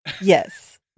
Yes